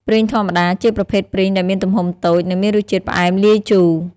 ព្រីងធម្មតា ជាប្រភេទព្រីងដែលមានទំហំតូច និងមានរសជាតិផ្អែមលាយជូរ។